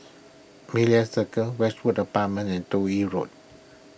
Media Circle Westwood Apartments and Toh Yi Road